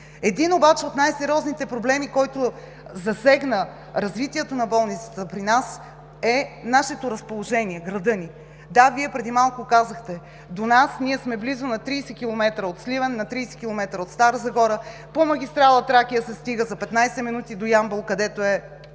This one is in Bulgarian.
Един обаче от най-сериозните проблеми, който засегна развитието на болницата при нас, е разположението на града ни. Да, Вие преди малко казахте – ние сме близо на 30 км от Сливен, на 30 км от Стара Загора, по магистрала „Тракия“ се стига за 15 минути до Ямбол, където е